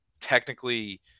technically